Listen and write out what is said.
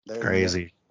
Crazy